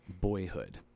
boyhood